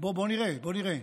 בוא נראה, בוא נראה.